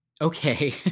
Okay